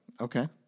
Okay